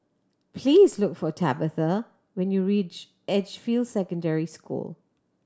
please look for Tabatha when you reach Edgefield Secondary School